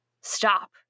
stop